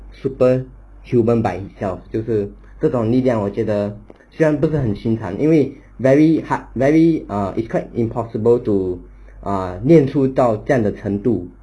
super human by himself 就是这种力量我觉得虽然不是很心寒因为 very hard very ah it's quite impossible to err 练出到这样的程度